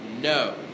No